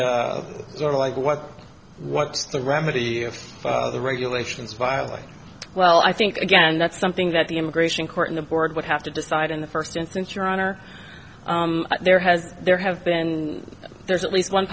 sort of like what what's the remedy if the regulations violate well i think again that's something that the immigration court in the board would have to decide in the first instance your honor there has been there have been there's at least one